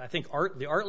i think art the ar